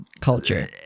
Culture